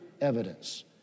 evidence